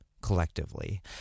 collectively